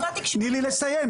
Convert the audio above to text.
תני לי לסיים.